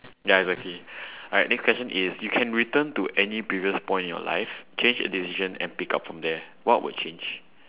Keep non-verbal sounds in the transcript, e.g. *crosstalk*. ya it's okay *breath* alright next question is you can return to any previous point in your life change a decision and pick up from there what would change